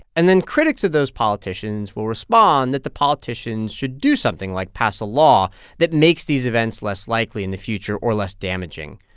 and then critics of those politicians will respond that the politicians should do something, like pass a law that makes these events less likely in the future or less damaging.